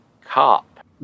Cop